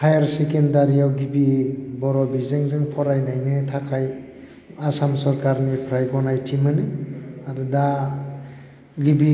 higher सेखेनदारियाव गिबि बर' बिजोंजों फरायनायनो थाखाय आसाम सोरखारनिफ्राय गनायथि मोनो आरो दा गिबि